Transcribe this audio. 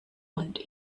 und